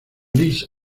lis